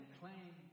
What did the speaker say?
claim